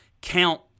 count